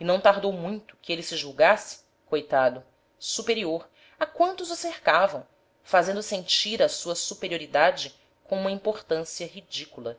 e não tardou muito que ele se julgasse coitado superior a quantos o cercavam fazendo sentir a sua superioridade com uma importância ridícula